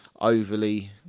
overly